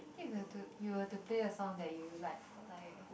think if you were to you were to play the songs that you like like